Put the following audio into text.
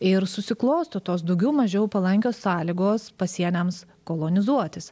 ir susiklosto tos daugiau mažiau palankios sąlygos pasieniams kolonizuotis